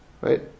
right